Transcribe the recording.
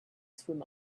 swim